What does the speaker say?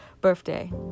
birthday